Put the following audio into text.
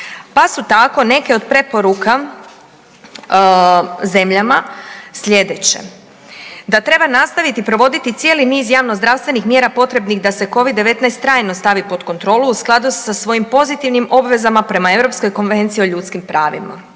pa su tako, neke od preporuka zemljama sljedeće. Da treba nastaviti provoditi cijeli niz javnozdravstvenih mjera potrebnih da se Covid-19 trajno stavi pod kontrolu u skladu sa svojim pozitivnim obvezama prema Europskoj konvenciji o ljudskim pravima.